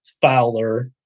Fowler